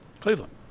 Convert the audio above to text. cleveland